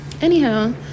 Anyhow